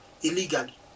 illegally